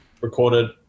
recorded